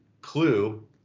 Clue